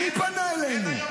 מי פנה אלינו?